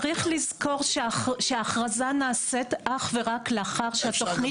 צריך לזכור שההכרזה נעשית אך ורק לאחר שהתוכנית